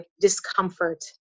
discomfort